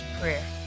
prayer